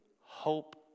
hope